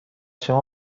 شما